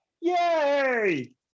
Yay